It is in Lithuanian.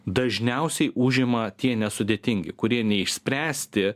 dažniausiai užima tie nesudėtingi kurie neišspręsti